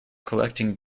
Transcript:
collecting